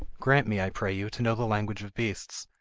grant me, i pray you, to know the language of beasts.